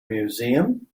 museum